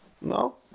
No